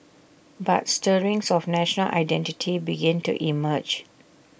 but stirrings of national identity began to emerge